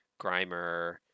Grimer